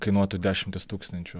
kainuotų dešimtis tūkstančių